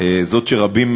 זו שרבים,